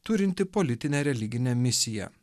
turinti politinę religinę misiją